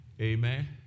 Amen